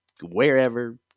wherever